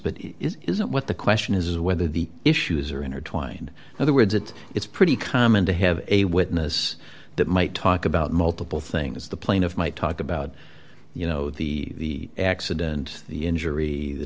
but is isn't what the question is whether the issues are intertwined in other words it it's pretty common to have a witness that might talk about multiple things the plaintiff might talk about you know the accident the injury the